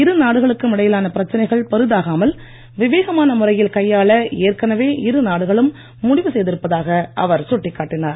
இரு நாடுகளுக்கும் இடையிலான பிரச்சனைகள் பெரிதாகாமல் விவேகமான முறையில் கையாள ஏற்கனவே இருநாடுகளும் முடிவு செய்திருப்பதாக அவர் சுட்டிக் காட்டினார்